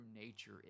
nature